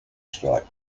strike